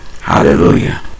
Hallelujah